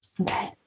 Okay